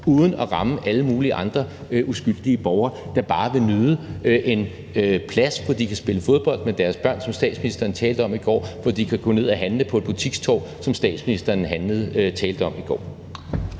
uden at ramme alle mulige andre uskyldige borgere, der bare vil nyde en plads, hvor de kan spille fodbold med deres børn, som statsministeren talte om i går, eller gå ned og handle på et butikstorv, som statsministeren også talte om i går.